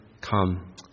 come